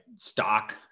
stock